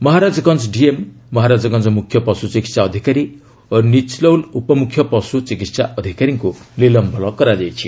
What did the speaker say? Maharajganj DM Maharajganj ମୁଖ୍ୟ ପଶୁ ଚିକିତ୍ସା ଅଧିକାରୀ ଓ ନିଚଲଉଲ ଉପମୁଖ୍ୟ ପଶୁ ଚିକିସା ଅଧିକାରୀଙ୍କୁ ନିଲମ୍ବନ କରାଯାଇଛି